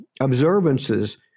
observances